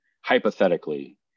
hypothetically